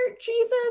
Jesus